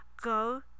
go